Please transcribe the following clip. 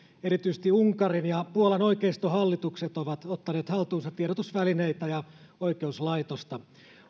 erityisesti unkarin ja puolan oikeistohallitukset ovat ottaneet haltuunsa tiedotusvälineitä ja oikeuslaitosta